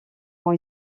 ont